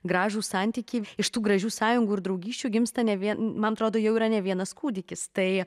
gražūs santykiai iš tų gražių sąjungų ir draugysčių gimsta ne vien man atrodo jau yra ne vienas kūdikis tai